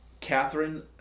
Catherine